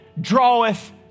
draweth